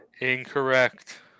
Incorrect